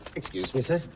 excuse me sir.